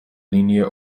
linie